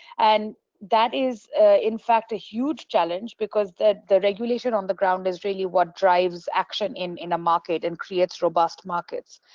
and that is in fact a huge challenge because the the regulation on the ground is really what drives action in in a market and creates robust markets.